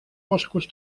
boscos